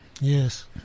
Yes